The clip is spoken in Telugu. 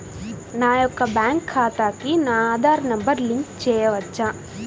నా యొక్క బ్యాంక్ ఖాతాకి నా ఆధార్ నంబర్ లింక్ చేయవచ్చా?